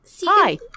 Hi